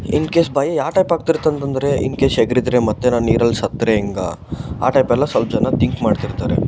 in case ಭಯ ಯಾವ type ಆಗ್ತಿರುತ್ತಂತಂದ್ರೆ ಇನ್ಕೇಶ್ ಎಗರಿದ್ರೆ ಮತ್ತೆ ನಾನು ನೀರಲ್ಲಿ ಸತ್ತರೆ ಹೆಂಗೆ ಆ ಟೈಪ್ ಎಲ್ಲ ಸ್ವಲ್ಪ ಜನ ತಿಂಕ್ ಮಾಡ್ತಿರ್ತಾರೆ